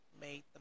made